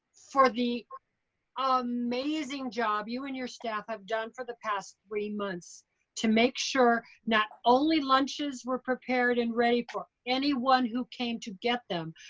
for the amazing job you and your staff have done for the past three months to make sure not only lunches were prepared and ready for anyone who came to get them,